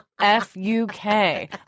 F-U-K